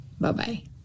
Bye-bye